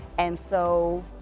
and so,